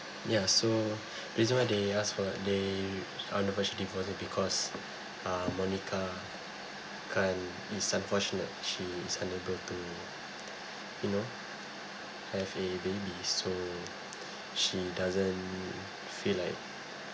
yeah so reason why they ask for they are on the verge of divorce is because um monica can't is unfortunate she's unable to you know have a baby so she doesn't feel like